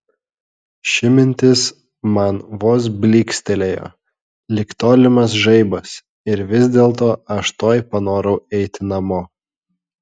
ši mintis man vos blykstelėjo lyg tolimas žaibas ir vis dėlto aš tuoj panorau eiti namo